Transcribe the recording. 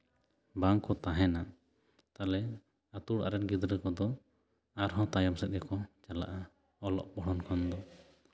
ᱵᱟᱝ ᱠᱚ ᱛᱟᱦᱮᱸᱱᱟ ᱛᱟᱦᱞᱮ ᱟᱹᱛᱩ ᱚᱲᱟᱜ ᱨᱮᱱ ᱜᱤᱫᱽᱨᱟᱹ ᱠᱚᱫᱚ ᱟᱨᱦᱚᱸ ᱛᱟᱭᱚᱢ ᱥᱮᱫ ᱜᱮᱠᱚ ᱪᱟᱞᱟᱜᱼᱟ ᱚᱞᱚᱜ ᱯᱚᱲᱦᱚᱱ ᱠᱷᱚᱱ ᱫᱚ